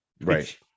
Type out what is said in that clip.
right